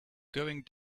going